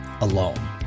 alone